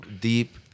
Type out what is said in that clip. deep